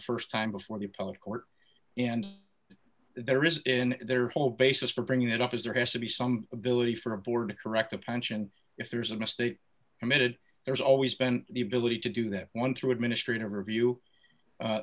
st time before the appellate court and there is in their whole basis for bringing that up is there has to be some ability for a board to correct a pension if there's a mistake committed there's always been the ability to do that one through administrative review